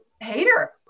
hater